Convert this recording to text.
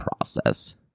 process